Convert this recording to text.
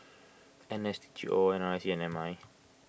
N S G O N R I C and M I